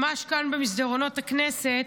ממש כאן במסדרונות הכנסת,